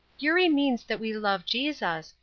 eurie means that we love jesus,